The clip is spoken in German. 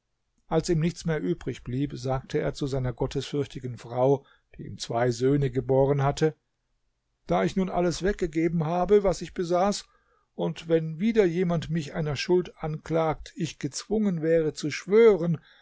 als ihm nichts mehr übrig blieb sagte er zu seiner gottesfürchtigen frau die ihm zwei söhne geboren hatte da ich nun alles weggegeben habe was ich besaß und wenn wieder jemand mich einer schuld anklagt ich gezwungen wäre zu schwören